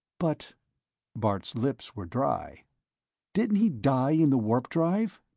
but bart's lips were dry didn't he die in the warp-drive?